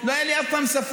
לא היה לי אף פעם ספק,